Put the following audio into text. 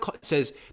says